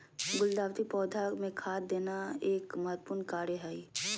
गुलदाऊदी पौधा मे खाद देना एक महत्वपूर्ण कार्य हई